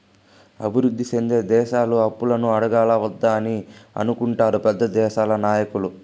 అభివృద్ధి సెందే దేశాలు అప్పులను అడగాలా వద్దా అని అనుకుంటారు పెద్ద దేశాల నాయకులు